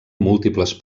múltiples